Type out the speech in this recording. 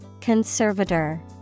Conservator